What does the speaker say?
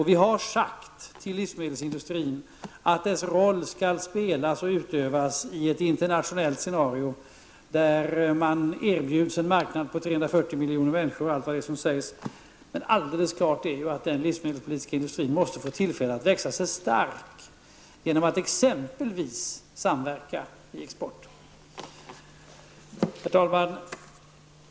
Vi har sagt till livsmedelsindustrin bl.a. att dess roll skall spelas i ett internationellt scenario där man erbjuds en marknad på omkring 340 miljoner människor, men alldeles klart är att den livsmedelspolitiska industrin måste få tillfälle att växa sig stark genom att exempelvis samverka i export. Herr talman!